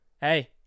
Hey